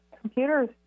computers